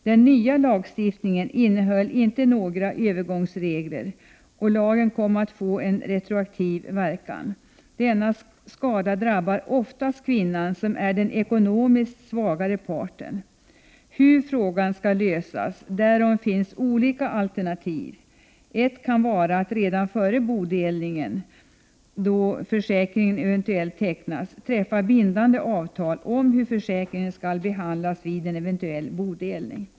Den nya lagstiftningen innehöll inte några övergångsregler, och lagen kom därför att få en retroaktiv verkan. Denna skada drabbar ofast kvinnan, som är den ekonomiskt svagare parten. Hur skall frågan lösas? Därom finns olika alternativ. Ett kan vara att redan före bodelningen — eventuellt då försäkringen tecknas — träffa bindande avtal om hur försäkringen skall behandlas vid en bodelning.